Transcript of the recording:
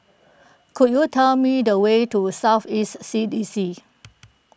could you tell me the way to South East C D C